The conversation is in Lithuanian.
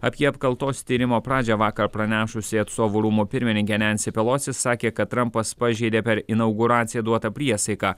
apie apkaltos tyrimo pradžią vakar pranešusi atstovų rūmų pirmininkė nensi pelosi sakė kad trampas pažeidė per inauguraciją duotą priesaiką